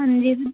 ਹਾਂਜੀ